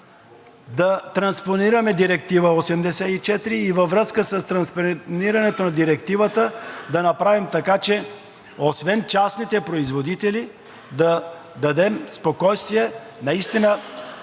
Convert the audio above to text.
да транспонираме Директива 84 и във връзка с транспонирането на Директивата да направим така, че освен частните производители да дадем спокойствие. Наистина